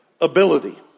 ability